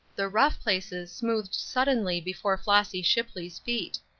the rough places smoothed suddenly before flossy shipley's feet.